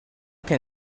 can